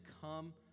come